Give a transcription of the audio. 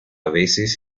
veces